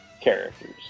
characters